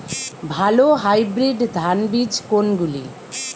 ভালো হাইব্রিড ধান বীজ কোনগুলি?